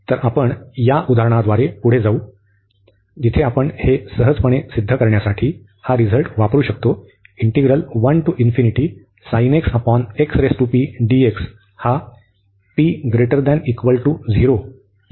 तर आपण या उदाहरणाद्वारे पुढे जाऊ या जिथे आपण हे सहजपणे सिद्ध करण्यासाठी हा रिझल्ट वापरु शकतो हा p0 साठी कॉन्व्हर्जन्ट आहे